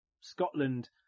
scotland